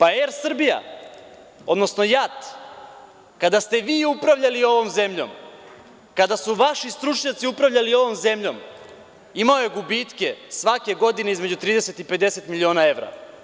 Air Srbija“, odnosno JAT, kada ste vi upravljali ovom zemljom, kada su vaši stručnjaci upravljali ovom zemljom, imao je gubitke svake godine između 30 i 50 miliona evra.